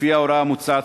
לפי ההוראה המוצעת,